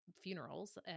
funerals